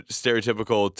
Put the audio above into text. stereotypical